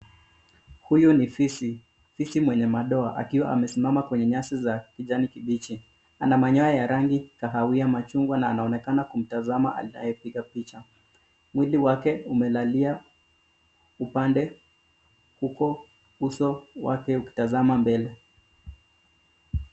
Huyu ni fisi, fisi mwenye madoa akiwa amesimama kwenye nyasi za kijani kibichi. Ana manyoya ya rangi kahawia machungwa na anaonekana kumtazama anayepiga picha. Mwili wake umelalia upande huku uso wake ukitazama mbele.